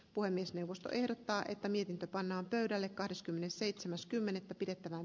puhemiesneuvosto ehdottaa että niiden pannaan pöydälle kahdeskymmenesseitsemäs kymmenettä pidettävään